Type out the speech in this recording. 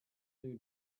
new